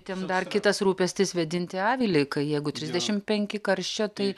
ten dar kitas rūpestis vėdinti avilį kai jeigu trisdešimt penki karščio tai